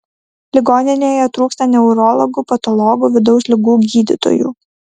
ligoninėje trūksta neurologų patologų vidaus ligų gydytojų